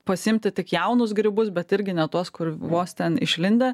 pasiimti tik jaunus grybus bet irgi ne tuos kur vos ten išlindę